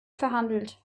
verhandelt